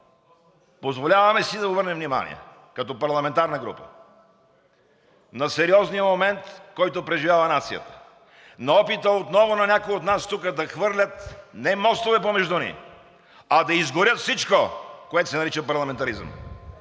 позволяваме си да обърнем внимание като парламентарна група на сериозния момент, който преживява нацията, на опита отново на някои от нас тук да хвърлят не мостове помежду ни, а да изгорят всичко, което се нарича парламентаризъм.